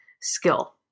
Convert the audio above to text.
skill